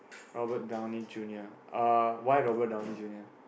Robert-Downey-Junior uh why Robert-Downey-Junior